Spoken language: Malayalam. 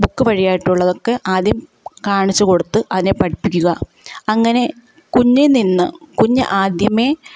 ബുക്ക് വഴിയായിട്ടുള്ളതൊക്കെ ആദ്യം കാണിച്ച് കൊടുത്ത് അതിനെ പഠിപ്പിക്കുക അങ്ങനെ കുഞ്ഞിലേ നിന്ന് കുഞ്ഞ് ആദ്യമേ